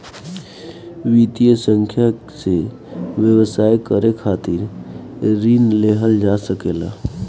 वित्तीय संस्था से व्यवसाय करे खातिर ऋण लेहल जा सकेला